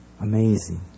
Amazing